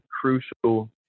crucial